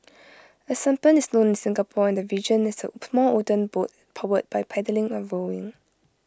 A sampan is known in Singapore and the region as A small wooden boat powered by paddling or rowing